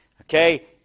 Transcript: Okay